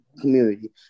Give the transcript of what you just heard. community